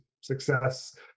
success